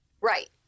Right